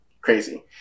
crazy